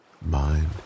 mind